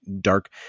dark